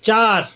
চার